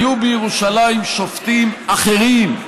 היו בירושלים שופטים אחרים,